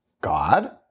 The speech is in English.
God